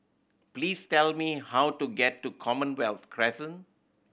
please tell me how to get to Commonwealth Crescent